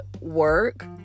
work